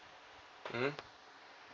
mm